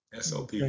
SOP